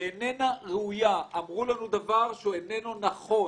שאיננה ראויה אמרו לנו דבר שהוא איננו נכון.